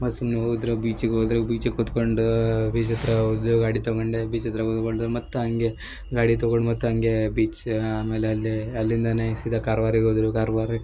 ಮತ್ತು ಸುಮ್ಮನೆ ಹೋದ್ರು ಬೀಚಿಗೆ ಹೋದ್ರು ಬೀಚಿಗೆ ಕುತ್ಕೊಂಡು ಬೀಚ್ ಹತ್ರ ಹೋದೆವ್ ಗಾಡಿ ತಗೊಂಡೆ ಬೀಚ್ ಹತ್ರ ಮತ್ತು ಹಂಗೆ ಗಾಡಿ ತಗೊಂಡು ಮತ್ತೆ ಹಂಗೆ ಬೀಚ್ ಆಮೇಲೆ ಅಲ್ಲೇ ಅಲ್ಲಿಂದಲೇ ಸೀದಾ ಕಾರ್ವಾರಿಗೆ ಹೋದ್ರು ಕಾರವಾರ